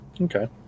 Okay